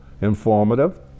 informative